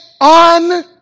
on